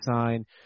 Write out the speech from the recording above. sign